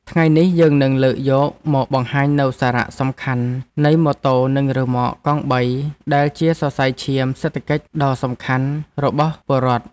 ថ្ងៃនេះយើងនឹងលើកយកមកបង្ហាញនូវសារៈសំខាន់នៃម៉ូតូនិងរ៉ឺម៉កកង់បីដែលជាសរសៃឈាមសេដ្ឋកិច្ចដ៏សំខាន់របស់ពលរដ្ឋ។